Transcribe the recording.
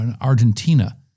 Argentina